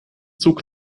zug